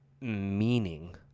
meaning